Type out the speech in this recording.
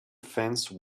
fence